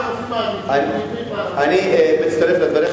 אני מצטרף לדבריך.